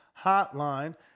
Hotline